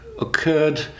occurred